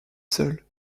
seul